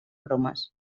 bromes